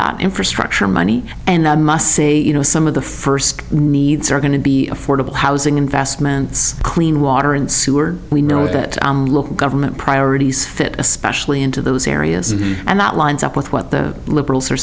that infrastructure money and i must say you know some of the first needs are going to be affordable housing investments clean water and sewer we know that government priorities fit especially into those areas and that lines up with what the liberals are